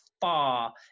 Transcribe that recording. far